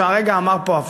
שהרגע אמר פה הפוך,